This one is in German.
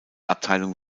abteilung